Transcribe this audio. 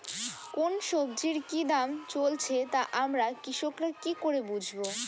কোন সব্জির কি দাম চলছে তা আমরা কৃষক রা কি করে বুঝবো?